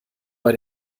bei